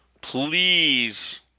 please